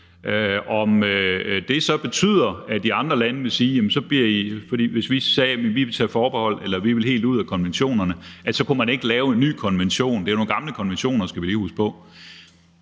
holde fast ved. Hvad de andre lande vil sige, hvis vi sagde, at vi vil tage forbehold eller vi vil helt ud af konventionerne, og om det så betyder, at så kunne man ikke lave en ny konvention – det er jo nogle gamle konventioner, skal vi lige huske på